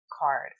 card